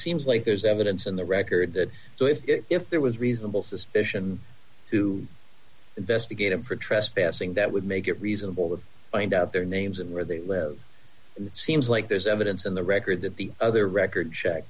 seems like there's evidence on the record that so if if there was reasonable suspicion to investigate him for trespassing that would make it reasonable with find out their names and where they live it seems like there's evidence on the record that the other record check